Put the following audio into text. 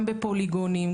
גם בפוליגונים,